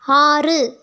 ஆறு